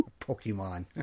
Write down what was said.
Pokemon